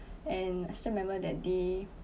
and I still remembered that day